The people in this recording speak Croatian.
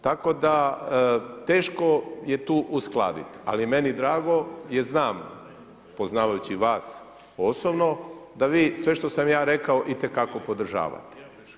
Tako da teško je tu uskladiti ali je meni drago jer znam poznavajući vas osobno, da vi sve što sam ja rekao, itekako podržavate.